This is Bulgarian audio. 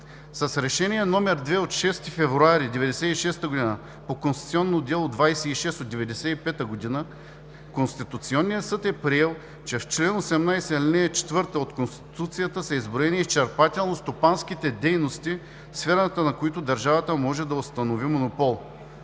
С Решение № 2 от 6 февруари 1996 г. по Конституционно дело № 26 от 1995 г. Конституционният съд е приел, че в чл. 18, ал. 4 от Конституцията са изброени изчерпателно стопанските дейности, в сферата на които държавата може да установи монопол.